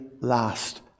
last